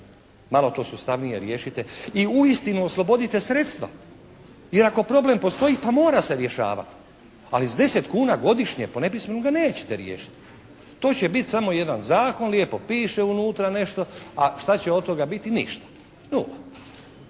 malo to sustavnije riješite i uistinu oslobodite sredstva. Jer ako problem postoji pa mora se rješavati. Ali s 10 kuna godišnje po nepismenom ga nećete riješiti. To će biti samo jedan zakon. Lijepo piše unutra nešto, a šta će od toga biti? Ništa, nula.